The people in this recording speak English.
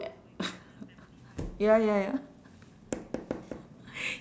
ya ya ya